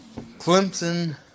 Clemson